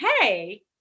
hey